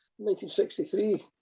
1963